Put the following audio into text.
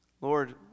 Lord